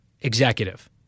executive